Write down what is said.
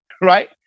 right